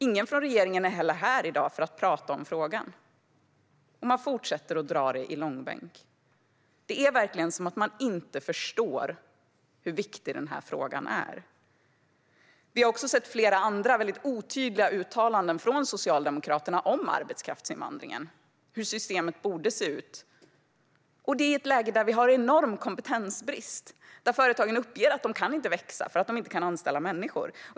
Ingen från regeringen är heller här i dag för att tala om ärendet. Man fortsätter dra det här i långbänk. Det är verkligen som att man inte förstår hur viktig frågan är. Vi har även sett flera andra mycket otydliga uttalanden om arbetskraftsinvandringen från Socialdemokraterna om hur systemet borde se ut. Det kommer i ett läge där vi har en enorm kompetensbrist. Företagen uppger att de inte kan växa eftersom de inte kan anställa människor.